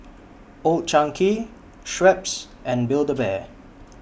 Old Chang Kee Schweppes and Build A Bear